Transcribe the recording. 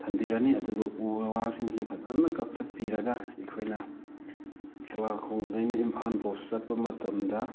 ꯊꯝꯕꯤꯔꯅꯤ ꯑꯗꯨꯒ ꯎ ꯋꯥꯁꯤꯡꯁꯤ ꯐꯖꯅ ꯀꯛꯊꯠꯄꯤꯔꯒ ꯑꯩꯈꯣꯏꯅ ꯈꯦꯂꯥꯈꯣꯡꯗꯩꯅ ꯏꯝꯐꯥꯜ ꯐꯥꯎ ꯆꯠꯄ ꯃꯇꯝꯗ